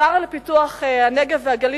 השר לפיתוח הנגב והגליל,